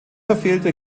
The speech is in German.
verfehlte